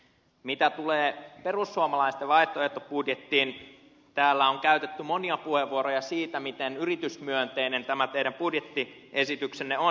mitä tulee perussuomalaisten vaihtoehtobudjettiin täällä on käytetty monia puheenvuoroja siitä miten yritysmyönteinen tämä teidän budjettiesityksenne on